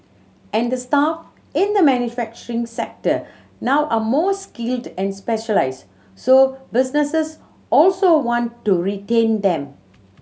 and the staff in the manufacturing sector now are more skilled and specialised so businesses also want to retain them